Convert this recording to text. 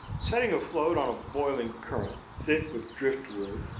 setting afloat on a boiling current, thick with driftwood,